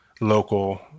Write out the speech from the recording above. local